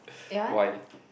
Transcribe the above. why